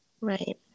right